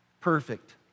perfect